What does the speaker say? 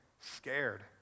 scared